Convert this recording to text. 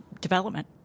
development